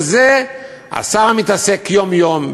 בזה השר מתעסק יום-יום,